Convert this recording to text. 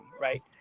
right